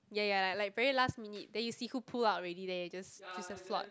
ya ya ya like very last minute then you see who pull out already then you just just slot